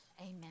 amen